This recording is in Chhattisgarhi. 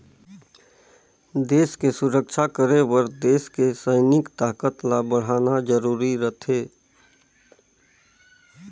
देस के सुरक्छा करे बर देस के सइनिक ताकत ल बड़हाना जरूरी रथें